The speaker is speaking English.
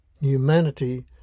humanity